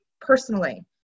personally